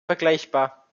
vergleichbar